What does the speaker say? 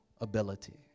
ability